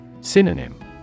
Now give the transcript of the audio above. Synonym